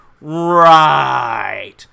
right